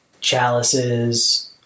Chalice's